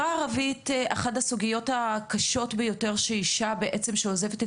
אחת הסוגיות הקשות ביותר בחברה הערבית היא שאישה שעוזבת את